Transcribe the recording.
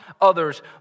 others